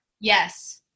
Yes